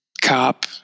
cop